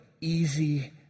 easy